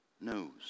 knows